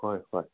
ꯍꯣꯏ ꯍꯣꯏ